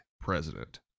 president